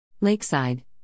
Lakeside